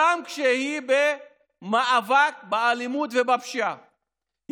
גם כשהיא במאבק באלימות ובפשיעה,